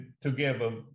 together